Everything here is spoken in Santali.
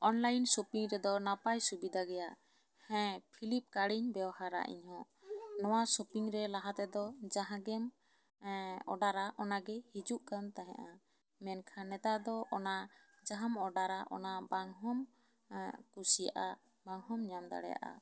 ᱚᱱᱞᱟᱭᱤᱱ ᱥᱚᱯᱤᱧ ᱨᱮᱫᱚ ᱱᱟᱯᱟᱭ ᱥᱩᱵᱤᱫᱷᱟ ᱜᱮᱭᱟ ᱦᱮᱸ ᱯᱷᱤᱞᱤᱯᱠᱟᱨᱴ ᱤᱧ ᱵᱮᱣᱦᱟᱨᱟ ᱤᱧ ᱦᱚᱸ ᱱᱚᱶᱟ ᱥᱚᱯᱤᱧ ᱨᱮ ᱞᱟᱦᱟ ᱛᱮᱫᱚ ᱡᱟᱸᱦᱟᱜᱮᱢ ᱮ ᱚᱰᱟᱨᱟ ᱚᱱᱟ ᱜᱮ ᱦᱤᱡᱩᱜ ᱠᱟᱱ ᱛᱟᱦᱮᱸᱫᱼᱟ ᱢᱮᱱᱠᱷᱟᱱ ᱱᱮᱛᱟᱨ ᱫᱚ ᱚᱱᱟ ᱡᱟᱦᱟᱸᱢ ᱚᱰᱟᱨᱟ ᱚᱱᱟ ᱵᱟᱝ ᱦᱚᱢ ᱠᱩᱥᱤᱭᱟᱜᱼᱟ ᱵᱟᱝ ᱦᱚᱢ ᱧᱟᱢ ᱫᱟᱲᱮᱭᱟᱜᱼᱟ